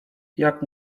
jak